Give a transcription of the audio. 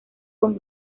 con